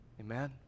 Amen